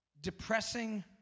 depressing